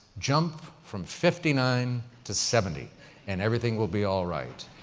jump from fifty nine to seventy and everything will be all right.